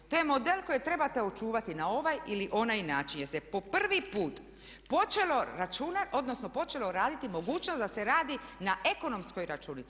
To je model kojeg trebate očuvati na ovaj ili onaj način jer se po prvi put počelo računati, odnosno počelo raditi mogućnost da se radi na ekonomskoj računici.